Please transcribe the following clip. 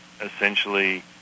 essentially